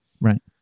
Right